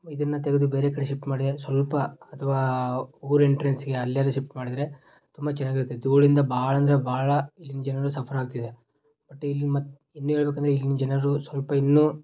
ಇದನ್ನು ತೆಗೆದು ಬೇರೆ ಕಡೆ ಶಿಫ್ಟ್ ಮಾಡಿದ್ರೆ ಸ್ವಲ್ಪ ಅಥವಾ ಊರ ಎಂಟ್ರೆನ್ಸಿಗೆ ಅಲ್ಲೆಲ್ಲ ಶಿಫ್ಟ್ ಮಾಡಿದರೆ ತುಂಬ ಚೆನ್ನಾಗಿರ್ತಿತ್ತು ಇವುಗಳಿಂದ ಭಾಳ ಅಂದರೆ ಭಾಳ ಇಲ್ಲಿನ ಜನಗಳು ಸಫರಾಗ್ತಿದಾರೆ ಬಟ್ ಇಲ್ಲಿ ಮತ್ತೆ ಇನ್ನೂ ಹೇಳ್ಬೇಕಂದ್ರೆ ಇಲ್ಲಿನ ಜನರು ಸ್ವಲ್ಪ ಇನ್ನೂ